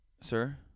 Sir